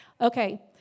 Okay